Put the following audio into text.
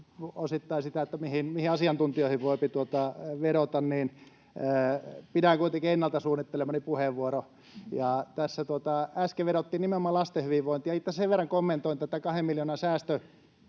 osittain sitä, mihin asiantuntijoihin voi vedota, niin pidän kuitenkin ennalta suunnittelemani puheenvuoron. — Tässä äsken vedottiin nimenomaan lasten hyvinvointiin, ja itse asiassa sen verran kommentoin tätä kahden miljoonan